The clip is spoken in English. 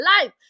life